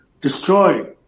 destroy